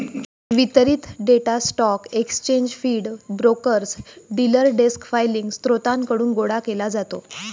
वितरित data stock exchange feed, brokers, dealer desk filing स्त्रोतांकडून गोळा केला जातो